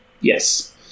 Yes